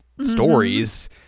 stories